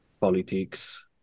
politics